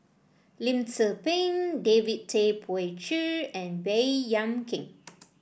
Lim Tze Peng David Tay Poey Cher and Baey Yam Keng